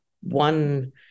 one